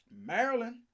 Maryland